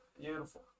Beautiful